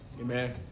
Amen